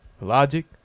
Logic